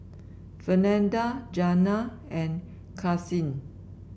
Fernanda Jana and Karsyn